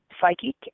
psychic